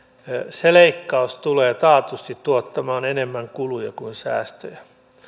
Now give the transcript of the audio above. se leikkaus tulee taatusti tuottamaan enemmän kuluja kuin säästöjä